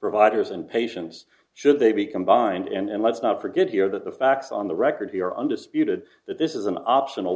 providers and patients should they be combined and let's not forget here that the facts on the record here undisputed that this is an optional